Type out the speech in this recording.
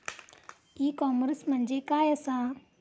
E commerce म्हणजे काय असा?